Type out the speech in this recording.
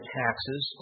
taxes